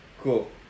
Cool